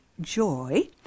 joy